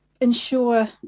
ensure